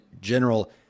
general